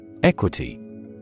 Equity